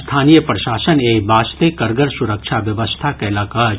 स्थानीय प्रशासन एहि वास्ते कड़गर सुरक्षा व्यवस्था कयलक अछि